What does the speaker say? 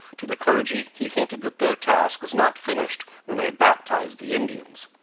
to the clergy he hinted that their task was not finished when they had baptized the indians.